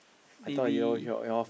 maybe